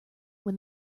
when